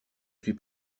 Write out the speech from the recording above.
suis